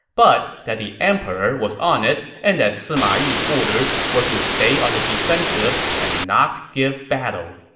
but that the emperor was on it and that sima yi's orders were to stay on the defensive and not give battle.